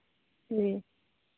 जी